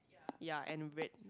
ya and red